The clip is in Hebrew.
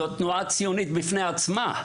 זוהי תנועה ציונית בפני עצמה.